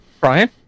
Brian